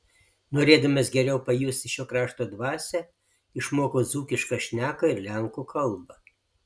norėdamas geriau pajusti šio krašto dvasią išmokau dzūkišką šneką ir lenkų kalbą